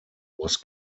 was